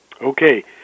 Okay